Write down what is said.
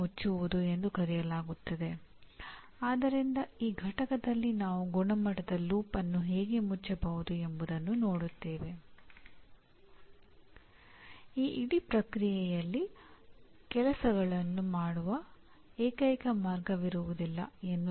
ಮತ್ತು ಸೂಚನೆಯು ಉತ್ತಮ ಕಲಿಕೆಗೆ ಅನುಕೂಲವಾಗುವಂತೆ ಕಲಿಕೆಯ ಘಟನೆಗಳ ಸರಣಿಯನ್ನು ಯೋಜಿಸುವುದು ಮತ್ತು ನಡೆಸುವುದು ಅಥವಾ ವ್ಯವಸ್ಥೆ ಮಾಡುವುದು